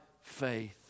faith